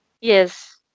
Yes